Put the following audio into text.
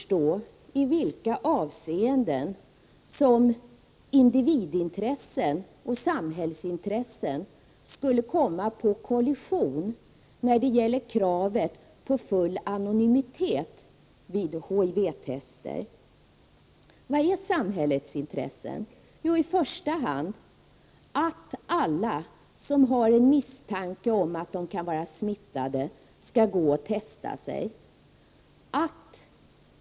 Men i vilka avseenden skulle individintressen och samhällsintressen kunna komma på kollisionskurs när det gäller kravet på full anonymitet vid HIV-tester? Vilka är samhällets intressen? Jo, de är i första hand att alla som har en misstanke om att de kan vara smittade skall gå och testa sig.